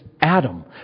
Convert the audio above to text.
Adam